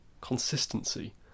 consistency